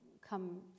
come